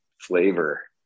flavor